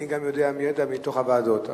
אני יודע גם מידע מתוך הוועדות,